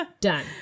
Done